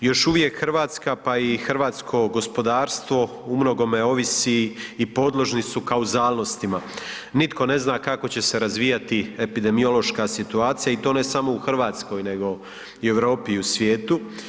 Još uvijek Hrvatska pa i hrvatsko gospodarstvo u mnogome ovisi i podložni su …, nitko ne zna kako će se razvijati epidemiološka situacija i to ne samo u Hrvatskoj nego i u Europi i u svijetu.